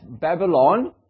Babylon